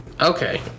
Okay